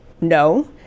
No